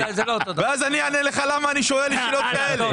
אז אמרתי,